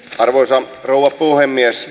arvoisa rouva puhemies